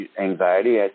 anxiety